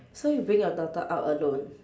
so you bring your daughter out alone